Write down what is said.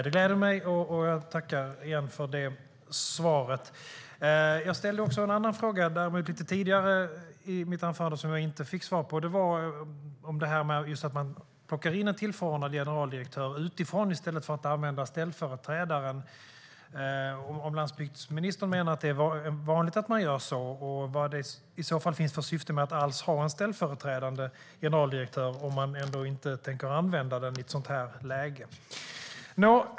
Det gläder mig, och jag tackar igen för svaret. Jag ställde lite tidigare i mitt anförande en fråga som jag inte fick svar på. Min fråga gällde att en tillförordnad generaldirektör plockas in utifrån i stället för att använda ställföreträdaren. Menar landsbygdsministern att det är vanligt att göra så? Vad är i så fall syftet med att alls ha en ställföreträdande generaldirektör, om man ändå inte tänker använda denne i ett sådant läge?